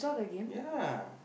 ya